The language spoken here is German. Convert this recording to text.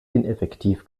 ineffektiv